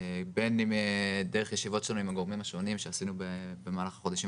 בין אם דרך ישיבות עם הגורמים השונים שעשינו במהלך החודשים